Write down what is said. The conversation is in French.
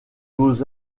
beaux